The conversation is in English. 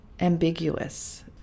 ambiguous